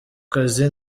kazi